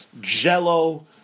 jello